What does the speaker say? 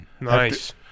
Nice